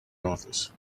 office